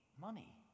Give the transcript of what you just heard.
money